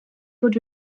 fod